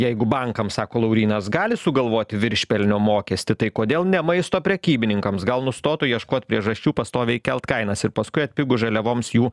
jeigu bankam sako laurynas gali sugalvoti viršpelnio mokestį tai kodėl ne maisto prekybininkams gal nustotų ieškot priežasčių pastoviai kelt kainas ir paskui atpigus žaliavoms jų